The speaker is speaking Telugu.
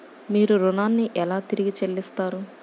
మీరు ఋణాన్ని ఎలా తిరిగి చెల్లిస్తారు?